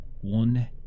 one